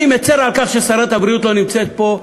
אני מצר על כך ששרת הבריאות לא נמצאת פה,